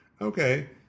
Okay